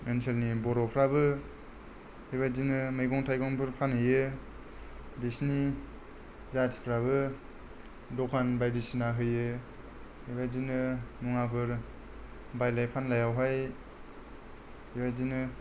ओनसोलनि बर'फोराबो बेबादिनो मैगं थाइगंफोर फानहैयो बिसिनि जाथिफ्राबो दखान बायदिसिना होयो बेबादिनो मुवाफोर बायलाय फानलायावहाय बेबादिनो